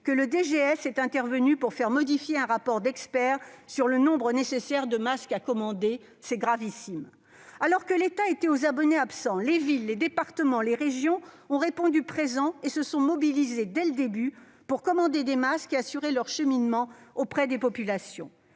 de la santé est intervenu pour faire modifier un rapport d'expert sur le nombre nécessaire de masques à commander ? C'est gravissime ... Alors que l'État était aux abonnés absents, les villes, les départements, les régions, ont répondu présent et se sont mobilisés, dès le début, pour commander des masques et assurer leur acheminement auprès des populations.